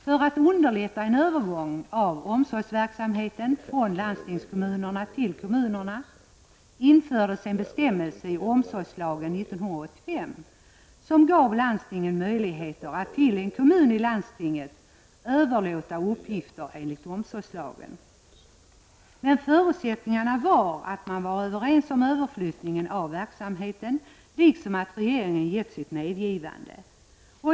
För att underlätta en övergång av omsorgsverksamheten från landstingskommunerna till kommunerna infördes 1985 en bestämmelse i omsorgslagen som gav landstingen möjligheter att till en kommun i landstinget överlåta uppgifter enligt omsorgslagen. Men förutsättningen var att man var överens om överflyttningen av verksamheten liksom att regeringen gett sitt medgivande.